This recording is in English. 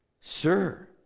sir